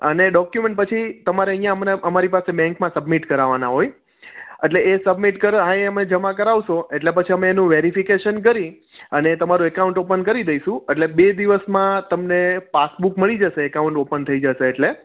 અને ડોકયુમેંટ પછી તમારે અહીંયા અમને અમારી પાસે બેંકમાં સબમિટ કરાવવાના હોય એટલે એ સબમિટ કરો હા અહી અમે જમા કરાવશો એટલે પછી અમે એનું વેરીફીકેશન કરી અને તમારું એકાઉંટ ઓપન કરી દઇશું એટલે બે દિવસમાં તમને પાસબૂક મળી જશે એકાઉંટ ઓપન થઇ જશે એટલે